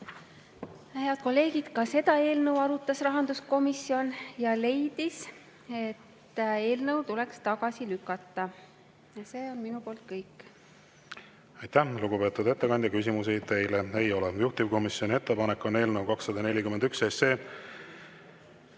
Head kolleegid! Ka seda eelnõu arutas rahanduskomisjon ja leidis, et eelnõu tuleks tagasi lükata. See on minu poolt kõik. Aitäh, lugupeetud ettekandja! Küsimusi teile ei ole. Juhtivkomisjoni ettepanek on eelnõu 241 …